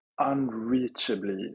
unreachably